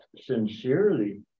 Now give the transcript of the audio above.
sincerely